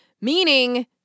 meaning